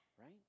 right